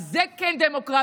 אז זה כן דמוקרטי,